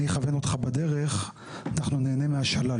אני אכוון אותך בדרך ואנחנו נהנה מהשלל.